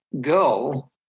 go